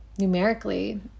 numerically